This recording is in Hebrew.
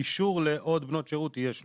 אישור לעוד בנות שירות יש לו,